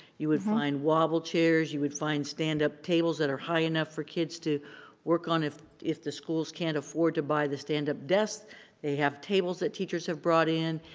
you would find wobble chairs, you would find stand up tables that are high enough for kids to work on if, if the schools can't afford to buy the stand up desk they have tables that teachers have brought in.